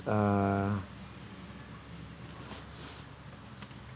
err